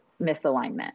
misalignment